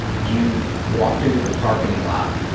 you walked into the parking lot.